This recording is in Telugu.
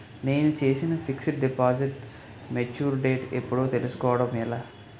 నేను చేసిన ఫిక్సడ్ డిపాజిట్ మెచ్యూర్ డేట్ ఎప్పుడో తెల్సుకోవడం ఎలా?